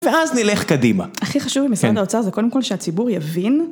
ואז נלך קדימה. הכי חשוב עם משרד האוצר זה קודם כל שהציבור יבין.